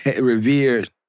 revered